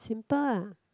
simple ah